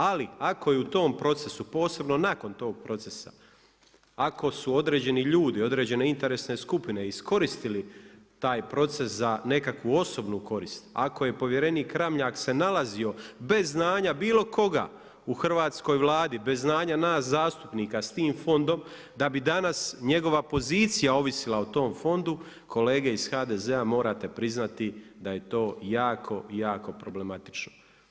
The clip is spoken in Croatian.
Ali, ako je u tom procesu posebno nakon tog procesa, ako su određeni ljudi, određene interesne skupine iskoristili taj proces za nekakvu osobnu korist, ako je povjerenik Ramljak, se nalazio bez znanja bilo koga u Hrvatskoj vladi, bez znanja nas zastupnika s tim fondom, da bi danas njegova pozicija ovisila o tom fondu, kolege iz HDZ-a morate priznati da je to jako jako problematično.